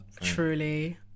Truly